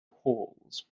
whorls